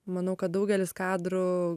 manau kad daugelis kadrų